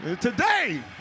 today